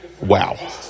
Wow